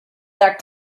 doug